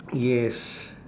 yes